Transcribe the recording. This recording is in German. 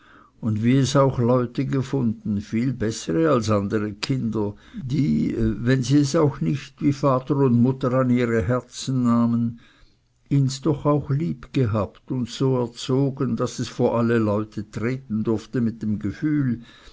und wie es auch leute gefunden viel bessere als andere kinder die wenn sie es auch nicht wie vater und mutter an ihre herzen nahmen ihns doch auch lieb gehabt und so erzogen daß es vor alle leute treten durfte mit dem gefühl